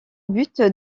but